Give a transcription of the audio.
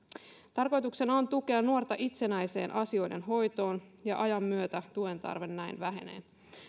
tarkoituksena on tukea nuorta itsenäiseen asioiden hoitoon ja ajan myötä tuen tarve näin vähenee